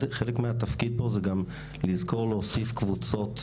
חלק מהתפקיד פה זה גם לזכור להוסיף קבוצות,